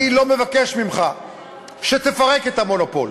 אני לא מבקש ממך שתפרק את המונופול,